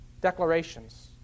declarations